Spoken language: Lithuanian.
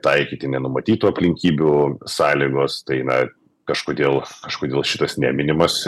taikyti nenumatytų aplinkybių sąlygos tai na kažkodėl kažkodėl šitas neminimas